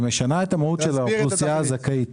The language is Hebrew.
יום היא משנה את המהות של האוכלוסייה הזכאית.